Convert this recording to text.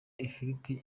ifiriti